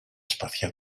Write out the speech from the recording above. σπαθιά